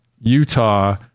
Utah